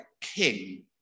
king